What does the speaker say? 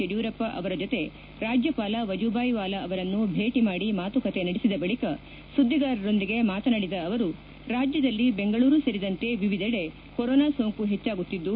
ಯಡಿಯೂರಪ್ಪ ಅವರ ಬೊತೆ ರಾಜ್ಯಪಾಲ ವಜೂಬಾಯಿ ವಾಲಾ ಅವರನ್ನು ಬೇಟಿ ಮಾಡಿ ಮಾತುಕತೆ ನಡೆಸಿದ ಬಳಿಕ ಸುದ್ದಿಗಾರರೊಂದಿಗೆ ಮಾತನಾಡಿದ ಅವರು ರಾಜ್ಯದಲ್ಲಿ ಬೆಂಗಳೂರು ಸೇರಿದಂತೆ ವಿವಿಧೆಡೆ ಕೊರಾನಾ ಸೋಂಕು ಹೆಚ್ಚಾಗುತ್ತಿದ್ದು